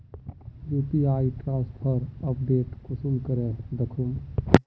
UPI transfer update कुंसम करे दखुम?